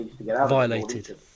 violated